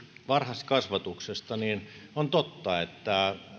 varhaiskasvatuksesta on totta että